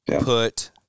put